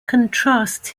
contrasts